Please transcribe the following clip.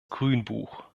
grünbuch